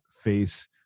face